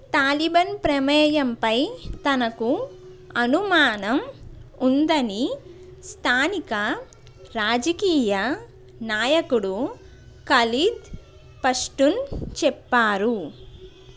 Taliban ప్రమేయంపై తనకు అనుమానం ఉందని స్థానిక రాజకీయ నాయకుడు ఖలీద్ పష్టున్ చెప్పారు